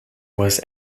was